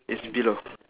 it's below